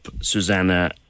Susanna